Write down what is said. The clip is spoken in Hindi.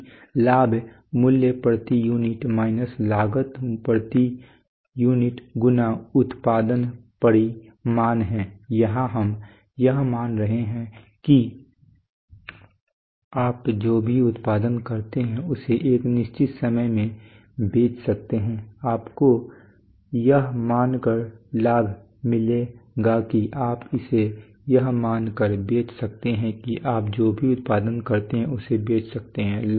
कि लाभ मूल्य प्रति यूनिट माइनस लागत प्रति यूनिट गुना उत्पादन परिमाण है यहां हम यह मान रहे हैं कि आप जो भी उत्पादन करते हैं उसे एक निश्चित समय में बेच सकते हैं आपको यह मानकर लाभ मिलेगा कि आप इसे यह मानकर बेच सकते हैं कि आप जो भी उत्पादन करते हैं उसे बेच सकते हैं